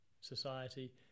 society